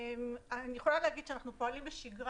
אני יכולה להגיד שאנחנו פועלים בשגרה